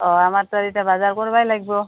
অঁ আমাৰ ত' এতিয়া বজাৰ কৰিবই লাগিব